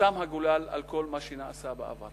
נסתם הגולל על כל מה שנעשה בעבר,